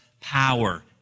power